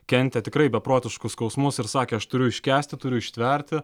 kentė tikrai beprotiškus skausmus ir sakė aš turiu iškęsti turiu ištverti